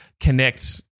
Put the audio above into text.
connect